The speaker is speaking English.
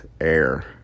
air